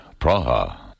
Praha